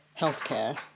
healthcare